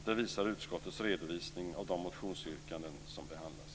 Det visar utskottets redovisning av de motionsyrkanden som behandlas.